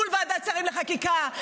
מול ועדת שרים לחקיקה?